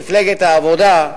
מפלגת העבודה,